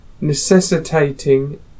necessitating